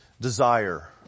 desire